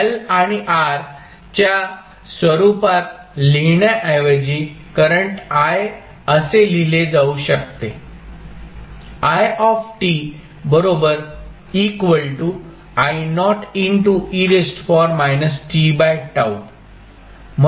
L आणि R च्या स्वरूपात लिहिण्याऐवजी करंट I असे लिहिले जाऊ शकते